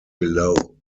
below